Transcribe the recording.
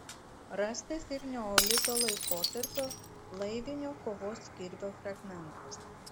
rastas ir neolito laikotarpio laivinio kovos kirvio fragmentas